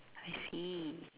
I see